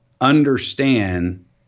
understand